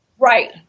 Right